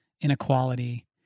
inequality